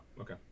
Okay